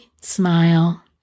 smile